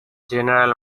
general